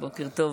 בוקר טוב,